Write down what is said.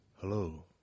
Hello